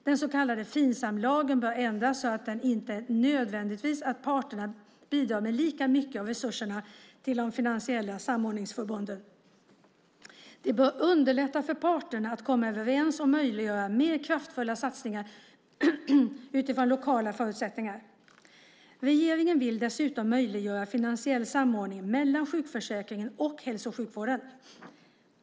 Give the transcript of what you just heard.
Den så kallade Finsamlagen bör ändras så att det inte är nödvändigt att parterna bidrar med lika mycket av resurserna till de finansiella samordningsförbunden. Det bör underlätta för parterna att komma överens och möjliggöra mer kraftfulla satsningar utifrån lokala förutsättningar. Regeringen vill dessutom möjliggöra finansiell samordning mellan sjukförsäkringen och hälso och sjukvården.